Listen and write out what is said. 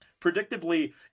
predictably